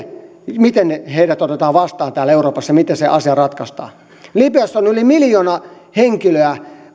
miten heidät otetaan vastaan täällä euroopassa miten se asia ratkaistaan libyassa on yli miljoona henkilöä